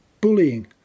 bullying